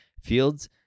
Fields